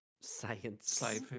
Science